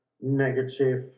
negative